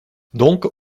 donc